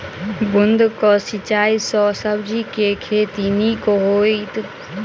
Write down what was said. बूंद कऽ सिंचाई सँ सब्जी केँ के खेती नीक हेतइ?